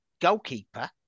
goalkeeper